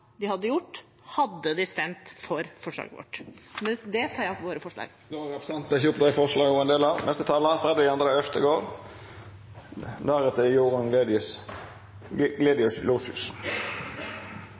de hadde gjort hvis de hadde stemt for forslaget vårt. Med det tar jeg opp forslagene vi er med på. Da har representanten Åslaug Sem-Jacobsen tatt opp de forslagene hun